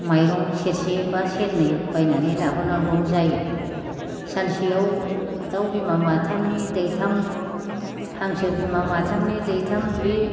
माइरं सेरसे बा सेरनै बायनानै लाबोनांगौ जायो सानसेयाव दाव बिमा माथामनि दैथाम हांसो बिमा माथामनि दैथाम बे